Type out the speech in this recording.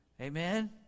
Amen